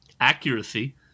accuracy